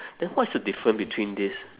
then what's the different between this